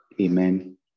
Amen